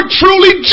truly